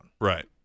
Right